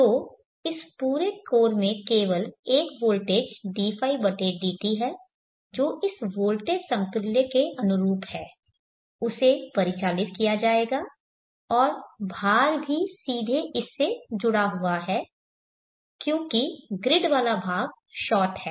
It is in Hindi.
तो इस पूरे कोर में केवल वोल्टेज dϕdt है जो इस वोल्टेज समतुल्य के अनुरूप है उसे परिचालित किया जाएगा और भार भी सीधे इस से जुड़ा हुआ है क्योंकि ग्रिड वाला भाग शॉर्ट है